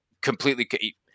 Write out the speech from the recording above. completely